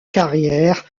carrière